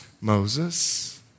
Moses